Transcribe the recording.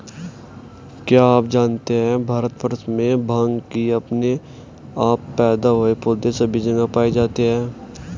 क्या आप जानते है भारतवर्ष में भांग के अपने आप पैदा हुए पौधे सभी जगह पाये जाते हैं?